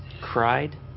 cried